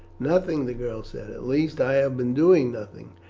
nothing, the girl said at least i have been doing nothing.